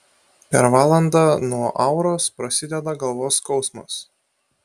per valandą nuo auros prasideda galvos skausmas